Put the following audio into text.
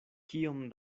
kiom